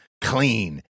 clean